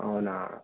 అవునా